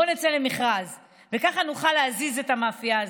בוא נצא למכרז וככה נוכל להזיז את המאפייה הזאת.